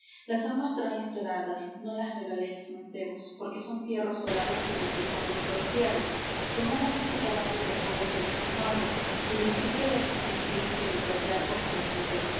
las armas traéis doradas non las regaléis mancebos porque son fierros dorados que publican vuestros yerros tomad aquese caballo del moro que yace muerto y decid que le vencistes que de callar os prometo